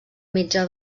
mitjà